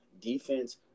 Defense